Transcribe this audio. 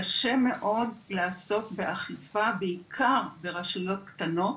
קשה מאוד לעסוק באכיפה, בעיקר ברשויות קטנות,